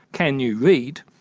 can you read